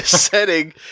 setting